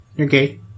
okay